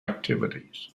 activities